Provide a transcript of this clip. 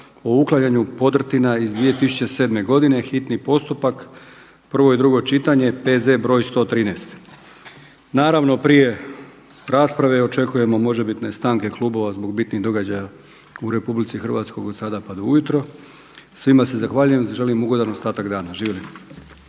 o uklanjanju podrtina iz 2007. godine, hitni postupak, prvo i drugo čitanje, P.Z. broj 113. Naravno prije rasprave očekujemo možebitne stanke klubova zbog bitnih događaja u RH od sada pa do ujutro. Svima se zahvaljujem i želim ugodan ostatak dana. Živjeli.